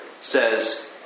says